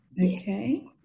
Okay